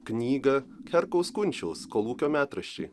knygą herkaus kunčiaus kolūkio metraščiai